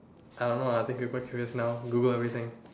I don't know I think people are curious now Google everything